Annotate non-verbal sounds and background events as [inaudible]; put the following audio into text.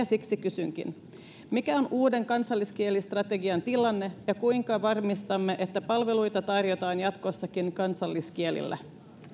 [unintelligible] siksi kysynkin mikä on uuden kansalliskielistrategian tilanne ja kuinka varmistamme että palveluita tarjotaan jatkossakin kansalliskielillä